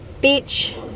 beach